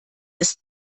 ist